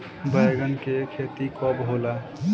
बैंगन के खेती कब होला?